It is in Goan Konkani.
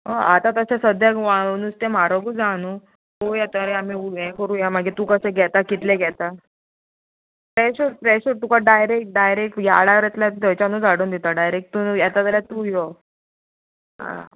आतां ताचें सद्द्यां नुस्तें म्हारगूच आसा न्हू पोवया तरी आमी हें करुया मागीर तूं कशें घेता कितले घेता फ्रेशूच फ्रेशूच तुका डायरेक्ट डायरेक्ट यार्डांतल्यान थंयच्यानूच हाडून दिता डायरेक्ट तूं येता जाल्यार तूं यो आं